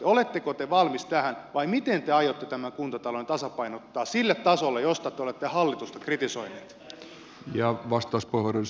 oletteko te valmis tähän vai miten te aiotte tämän kuntatalouden tasapainottaa sille tasolle josta te olette hallitusta kritisoineet